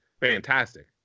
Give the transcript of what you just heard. fantastic